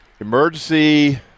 Emergency